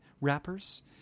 rappers